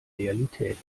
realität